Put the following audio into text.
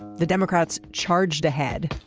the democrats charged ahead.